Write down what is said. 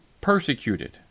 persecuted